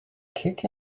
kick